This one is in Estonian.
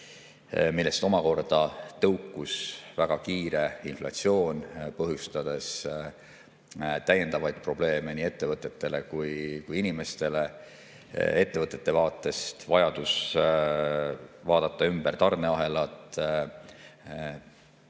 millest omakorda tõukus väga kiire inflatsioon, põhjustades täiendavaid probleeme nii ettevõtetele kui ka inimestele. Ettevõtete vaatest oli vajadus vaadata ümber tarneahelad,